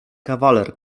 kawaler